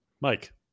Mike